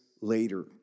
later